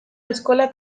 eskola